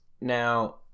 now